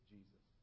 Jesus